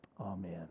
amen